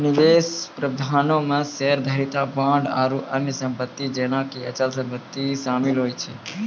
निवेश प्रबंधनो मे शेयरधारिता, बांड आरु अन्य सम्पति जेना कि अचल सम्पति शामिल होय छै